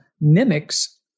mimics